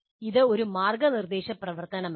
ഇത് ഒരു മാർഗനിർദേശ പ്രവർത്തനമല്ല